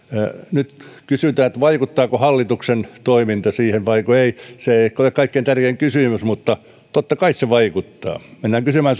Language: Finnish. nyt kysytään vaikuttaako hallituksen toiminta siihen vaiko ei se ei ehkä ole kaikkein tärkein kysymys mutta totta kai se vaikuttaa mennään kysymään